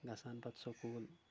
گژھان پَتہٕ سکوٗل